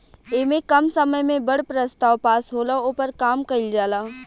ऐमे कम समय मे बड़ प्रस्ताव पास होला, ओपर काम कइल जाला